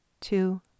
two